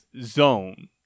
zone